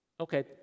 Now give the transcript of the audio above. okay